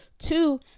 two